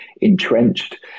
entrenched